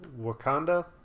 Wakanda